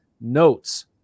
notes